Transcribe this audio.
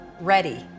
ready